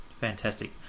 Fantastic